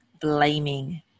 blaming